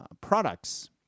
products